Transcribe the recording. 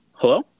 Hello